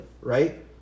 right